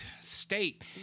state